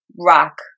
rock